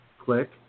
Click